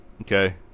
Okay